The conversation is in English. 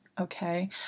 Okay